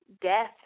death